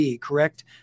correct